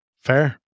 fair